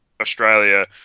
Australia